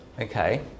okay